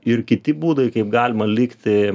ir kiti būdai kaip galima likti